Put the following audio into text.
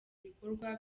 bikorwa